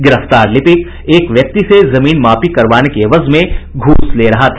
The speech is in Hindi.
गिरफ्तार लिपिक एक व्यक्ति से जमीन मापी करवाने के एवज में घूस ले रहा था